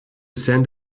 send